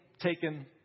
taken